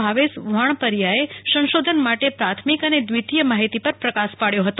ભાવેશ વાણપરિયાએ સંશોધન માટે પ્રાથમિક અને દ્વિતીય માહિતી પર પ્રકાશ પાડ્યો હતો